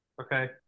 Okay